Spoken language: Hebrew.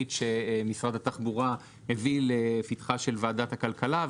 שמשרד התחבורה הביא לפתחה של ועדת הכלכלה.